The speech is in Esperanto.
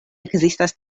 ekzistas